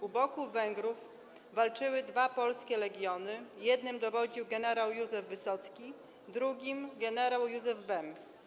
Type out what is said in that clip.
U boku Węgrów walczyły dwa polskie legiony, jednym dowodził gen. Józef Wysocki, drugim gen. Józef Bem.